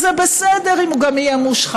אז זה בסדר אם הוא גם יהיה מושחת.